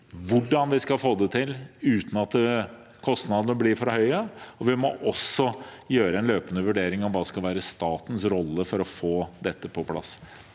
hvordan vi skal få det til uten at kostnadene blir for høye. Vi må også gjøre en løpende vurdering av hva som skal være statens rolle for å få dette på plass